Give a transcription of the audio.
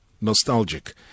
Nostalgic